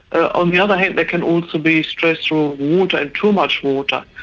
ah on the other hand, there can also be stress through water and too much water.